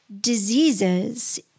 diseases